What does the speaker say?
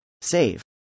Save